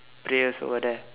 prayers over there